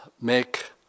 make